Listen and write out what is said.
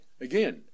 again